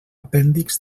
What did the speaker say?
apèndixs